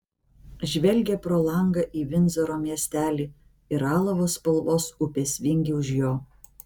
žvelgė pro langą į vindzoro miestelį ir alavo spalvos upės vingį už jo